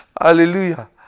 Hallelujah